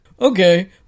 Okay